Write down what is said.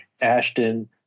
Ashton